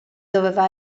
doveva